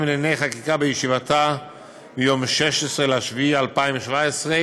לענייני חקיקה בישיבתה ביום 16 ביולי,